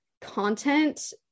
content